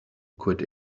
could